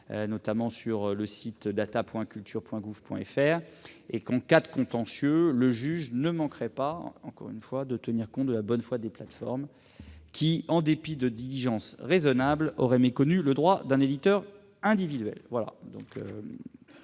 sur le site data.culture.gouv.fr. En cas de contentieux, le juge ne manquera pas de tenir compte de la bonne foi des plateformes qui, en dépit de diligences raisonnables, auraient méconnu le droit d'un éditeur individuel.